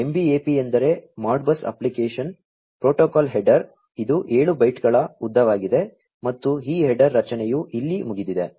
MBAP ಎಂದರೆ Modbus application protocol header ಇದು 7 ಬೈಟ್ಗಳ ಉದ್ದವಾಗಿದೆ ಮತ್ತು ಈ ಹೆಡರ್ ರಚನೆಯು ಇಲ್ಲಿ ಮುಗಿದಿದೆ